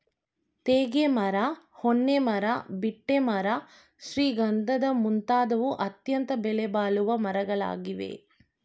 ತೇಗ ಮರ, ಹೊನ್ನೆ ಮರ, ಬೀಟೆ ಮರ ಶ್ರೀಗಂಧದ ಮುಂತಾದವು ಅತ್ಯಂತ ಬೆಲೆಬಾಳುವ ಮರಗಳಾಗಿವೆ